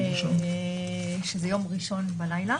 שזה יום ראשון בלילה.